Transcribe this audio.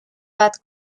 bat